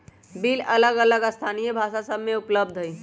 bill अलग अलग स्थानीय भाषा सभ में उपलब्ध हइ